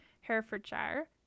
Herefordshire